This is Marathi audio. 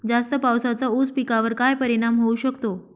जास्त पावसाचा ऊस पिकावर काय परिणाम होऊ शकतो?